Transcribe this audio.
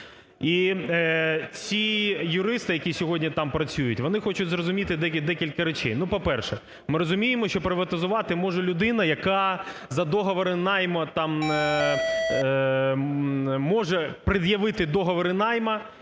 І всі юристи, які сьогодні там працюють, вони хочуть зрозуміти декілька речей. Ну по-перше, ми розуміємо, що приватизувати може людина, яка за довором найму там може пред'явити договори найму,